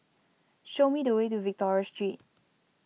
show me the way to Victoria Street